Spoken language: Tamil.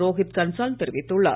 ரோஹித் கன்சால் தெரிவித்துள்ளார்